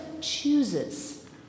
chooses